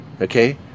Okay